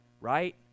right